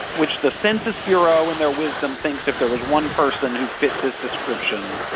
which the census bureau, in their wisdom, thinks if there was one person who fit this description,